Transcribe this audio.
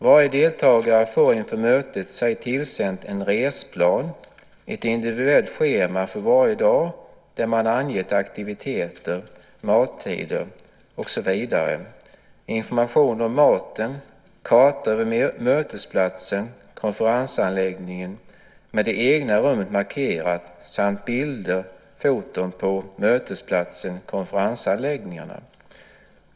Varje deltagare får inför mötet sig tillsänt en resplan, ett individuellt schema för varje dag där man angett aktiviteter, mattider och så vidare, information om maten, kartor över mötesplatsen, konferensanläggningen med det egna rummet markerat samt bilder, foton på mötesplatsen, konferensanläggningen.